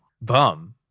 bum